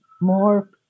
more